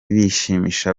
bishimisha